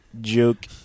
joke